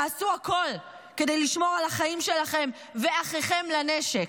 תעשו הכול כדי לשמור על החיים שלכם ושל אחיכם לנשק.